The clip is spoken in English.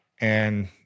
And-